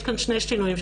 יש כאן שני שינויים,